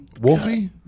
Wolfie